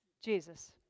Jesus